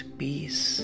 peace